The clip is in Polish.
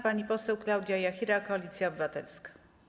Pani poseł Klaudia Jachira, Koalicja Obywatelska.